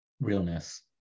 realness